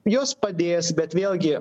jos padės bet vėlgi